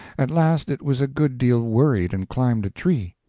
at last it was a good deal worried, and climbed a tree.